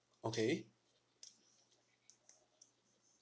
okay